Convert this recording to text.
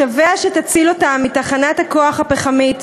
משווע שתציל אותם מתחנת-הכוח הפחמית,